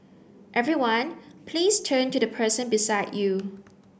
everyone please turn to the person beside you